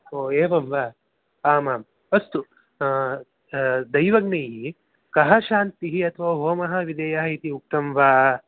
ओ एवं वा आम् आम् अस्तु दैवज्ञैः कः शान्तिः अथवा होमः विधेयः इति उक्तं वा